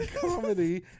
comedy